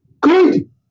Good